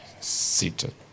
seated